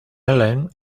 ellen